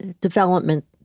development